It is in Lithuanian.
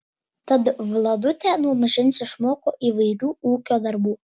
tad vladutė nuo mažens išmoko įvairių ūkio darbų